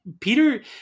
Peter